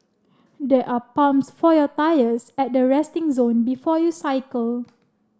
there are pumps for your tyres at the resting zone before you cycle